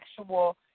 actual